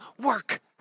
work